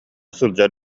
сылдьар